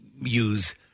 use